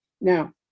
now